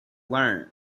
learn